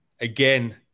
again